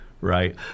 right